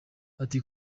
ati